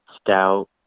stout